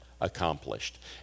accomplished